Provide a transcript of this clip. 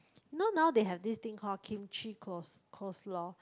you know now they have this thing called Kimchi coles~ coleslaw